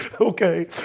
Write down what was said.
Okay